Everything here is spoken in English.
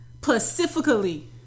Pacifically